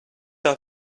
are